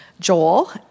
Joel